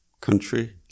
country